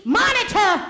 monitor